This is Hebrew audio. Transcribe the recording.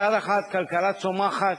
מצד אחד כלכלה צומחת,